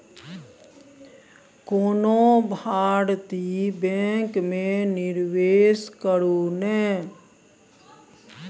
कोनो भारतीय बैंक मे निवेश करू ने